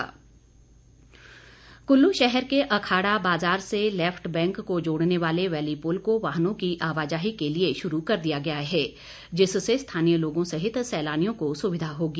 DC कल्ल कुल्लू शहर के अखाड़ा बाजार से लेफ्ट बैंक को जोड़ने वाले वैली पुल को वाहनों की आवाजाही के लिए शुरू कर दिया गया है जिससे स्थानीय लोगों सहित सैलानियों को सुविधा होगी